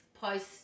post